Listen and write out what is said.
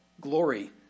glory